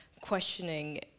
questioning